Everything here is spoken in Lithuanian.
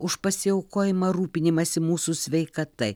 už pasiaukojimą rūpinimąsi mūsų sveikata